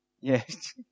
Yes